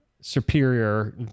superior